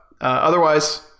Otherwise